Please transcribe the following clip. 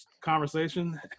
conversation